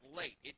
late